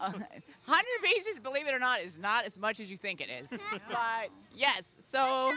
raise believe it or not is not as much as you think it is yes so